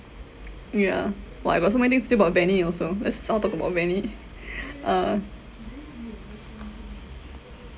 yeah !wah! I got so many things to say about bennie also let's all talk about bennie uh